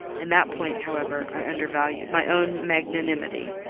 in that point, however, i undervalued my own magnanimity,